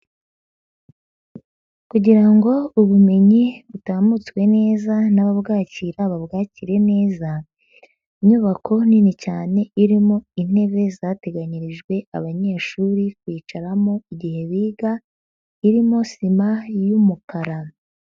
Kugira ngo ubumenyi butambutswe neza n'ababwakira babwakire neza, inyubako nini cyane irimo intebe zateganyirijwe abanyeshuri kwicaramo igihe biga, irimo sima y'umukara.